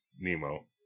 Nemo